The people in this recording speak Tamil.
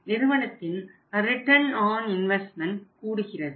எனவே நிறுவனத்தின் ரிட்டன் ஆன் இன்வெஸ்ட்மெண்ட் கூடுகிறது